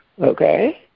Okay